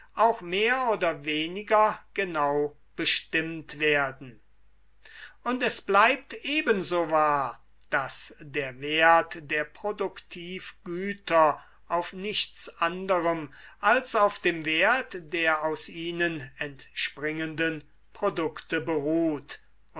auch mehr oder weniger genau bestimmt werden und es bleibt ebenso wahr daß der wert der produktivgüter auf nichts anderem als auf dem wert der aus ihnen entspringenden produkte beruht